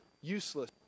useless